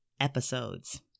episodes